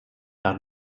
nach